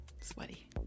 Sweaty